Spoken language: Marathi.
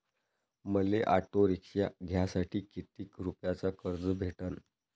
मले ऑटो रिक्षा घ्यासाठी कितीक रुपयाच कर्ज भेटनं?